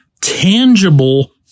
tangible